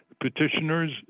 petitioners